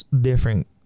different